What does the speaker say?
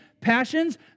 passions